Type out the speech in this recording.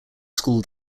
school